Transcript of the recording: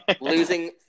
Losing